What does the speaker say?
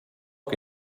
che